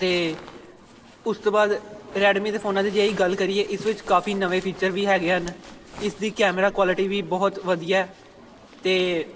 ਅਤੇ ਉਸ ਤੋਂ ਬਾਅਦ ਰੈਡਮੀ ਦੇ ਫੋਨਾਂ ਦੀ ਜੇ ਅਸੀਂ ਗੱਲ ਕਰੀਏ ਇਸ ਵਿੱਚ ਕਾਫੀ ਨਵੇਂ ਫੀਚਰ ਵੀ ਹੈਗੇ ਹਨ ਇਸ ਦੀ ਕੈਮਰਾ ਕੁਆਲਿਟੀ ਵੀ ਬਹੁਤ ਵਧੀਆ ਅਤੇ